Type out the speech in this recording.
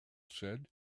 said